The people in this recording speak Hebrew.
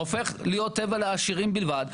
הופך להיות טבע לעשירים בלבד,